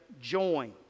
Join